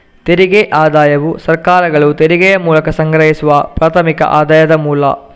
ತೆರಿಗೆ ಆದಾಯವು ಸರ್ಕಾರಗಳು ತೆರಿಗೆಯ ಮೂಲಕ ಸಂಗ್ರಹಿಸುವ ಪ್ರಾಥಮಿಕ ಆದಾಯದ ಮೂಲ